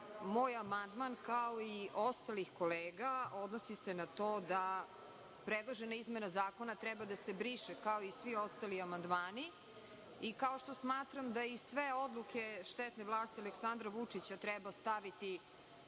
moj amandman kao i ostalih kolega, odnosi se na to da predložena izmena zakona, treba da se briše kao i svi ostali amandmani i kao što smatram da i sve odluke štetne vlasti Aleksandra Vučića, treba staviti